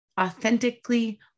authentically